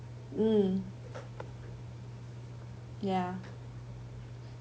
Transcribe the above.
mm ya